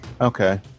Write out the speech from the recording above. Okay